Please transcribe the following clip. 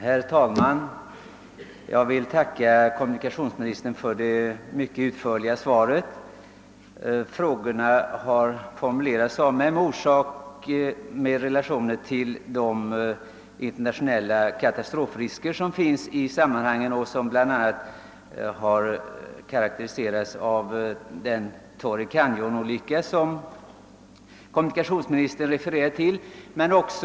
Herr talman! Jag vill tacka kommunikationsministern för det mycket utförliga svaret. Frågorna har ställts med anledning av de internationella katastrofrisker som föreligger och som bland annat Torrey Canyons förlisning, som kommunikationsministern hänvisar till, är ett exempel på.